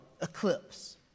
eclipse